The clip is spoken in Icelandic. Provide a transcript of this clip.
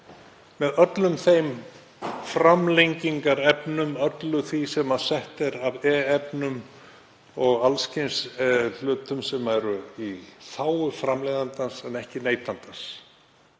með öllum þeim framlengingarefnum, öllu því sem sett er af e-efnum og alls kyns hlutum sem eru í þágu framleiðandans en ekki neytandans?